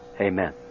Amen